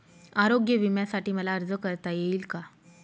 आरोग्य विम्यासाठी मला अर्ज करता येईल का?